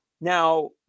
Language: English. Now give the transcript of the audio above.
Now